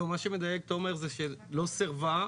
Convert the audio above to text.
לא, מה שמדייק תומר זה שלא סירבה,